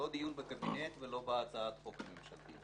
לא דיון בקבינט ולא הצעת החוק הממשלתית.